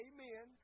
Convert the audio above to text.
Amen